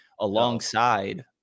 alongside